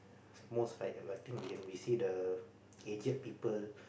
most like I think when when we see the aged people